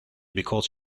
because